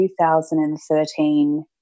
2013